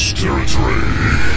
territory